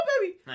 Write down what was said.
baby